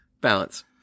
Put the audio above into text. balance